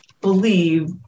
believe